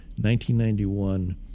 1991